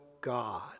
God